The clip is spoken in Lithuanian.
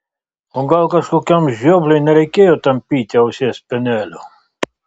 o gal kažkokiam žiopliui nereikėjo tampyti ausies spenelio